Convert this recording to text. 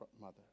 mother